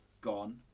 gone